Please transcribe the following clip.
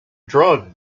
drug